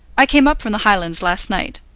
i came up from the highlands last night.